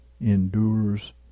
endures